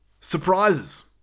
Surprises